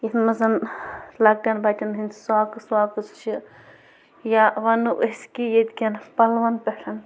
یَتھ منٛز لۄکٕٹٮ۪ن بَچَن ہٕنٛدۍ ساکٔس واکٔس چھِ یا وَنَو أسۍ کہِ ییٚتہِ کٮ۪ن پَلٕوَن پٮ۪ٹھ